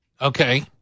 okay